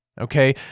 Okay